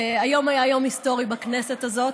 היום היה יום היסטורי בכנסת הזאת.